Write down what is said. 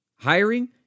Hiring